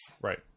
Right